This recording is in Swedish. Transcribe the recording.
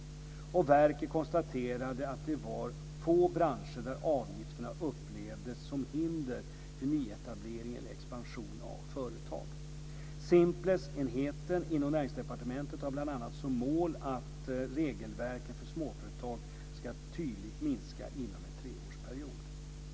Verket konstaterade att det var få branscher där avgifterna upplevdes som hinder för nyetablering eller expansion av företag. Simplexenheten inom Näringsdepartementet har bl.a. som mål att regelverken för småföretag tydligt ska minska inom en treårsperiod.